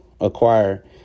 acquire